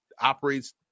operates